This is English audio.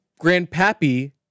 grandpappy